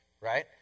right